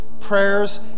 prayers